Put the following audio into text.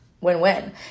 win-win